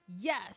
Yes